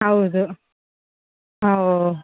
ಹೌದು ಹೋ